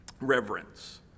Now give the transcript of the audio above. Reverence